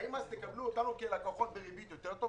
האם אז תקבלו אותנו כלקוחות בריבית טובה יותר?